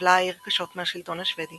סבלה העיר קשות מהשלטון השוודי